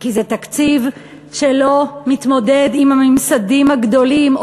כי זה תקציב שלא מתמודד עם הממסדים הגדולים,